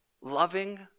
loving